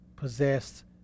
Possessed